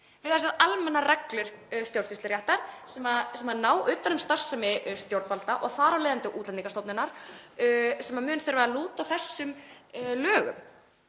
við þessar almennu reglur stjórnsýsluréttar sem ná utan um starfsemi stjórnvalda og þar af leiðandi Útlendingastofnunar sem mun þurfa að lúta þessum lögum.